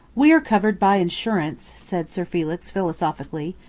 we are covered by insurance, said sir felix philosophically,